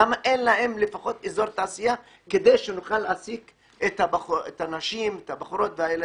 למה אין להם לפחות אזור תעשייה כדי שנוכל להעסיק את הנשים והגברים?